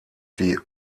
die